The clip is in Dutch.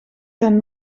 zijn